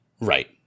Right